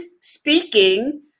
speaking